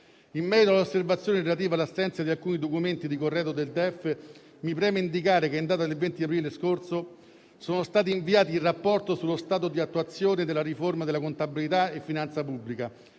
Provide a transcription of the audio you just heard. In merito all'osservazione relativa all'assenza di alcuni documenti di corredo del DEF, mi preme indicare che, in data 20 aprile scorso, sono stati inviati il rapporto sulla stato di attuazione della riforma della contabilità e finanza pubblica,